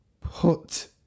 put